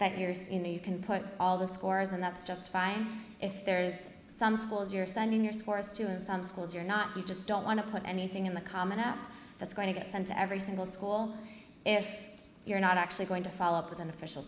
that yours in the you can put all the scores and that's just fine if there's some schools you're sending your scores to and some schools you're not you just don't want to put anything in the common app that's going to get sent to every single school if you're not actually going to follow up with an official